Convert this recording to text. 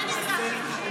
מה נסגר איתך?